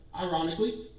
ironically